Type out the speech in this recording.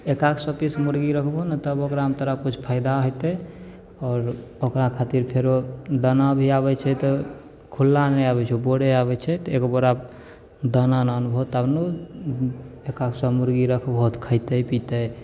एक आध सए पीस मुर्गी रखबहो ने तऽ ओकरामे तोरा किछु फायदा होयतै आओर ओकरा खातिर फेरो दाना भी आबैत छै तऽ खुल्ला नहि आबैत छै बोरे आबैत छै तऽ एगो बोरा दाना एक आध सए मुर्गी रखबहो खयतै पितै